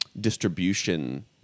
distribution